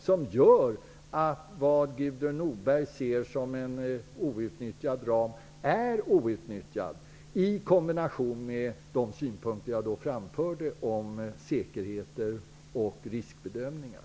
Det gör att det som Gudrun Norberg ser som en outnyttjad ram faktiskt är outnyttjad. Det här gäller i kombination med de synpunkter jag framförde om säkerheter och riskbedömningar.